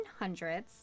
1800s